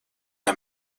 der